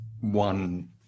one